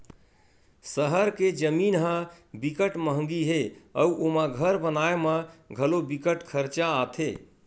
सहर के जमीन ह बिकट मंहगी हे अउ ओमा घर बनाए म घलो बिकट खरचा आथे